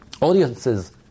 Audiences